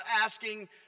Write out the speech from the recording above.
asking